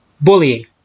bullying